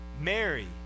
mary